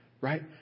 Right